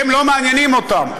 הם לא מעניינים אותם.